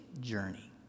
journey